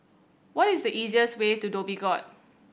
what is the easiest way to Dhoby Ghaut